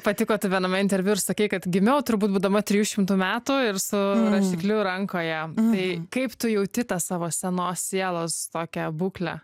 patiko tam viename interviu ir sakei kad gimiau turbūt būdama trijų šimtų metų ir su rašikliu rankoje tai kaip tu jauti tą savo senos sielos tokią būklę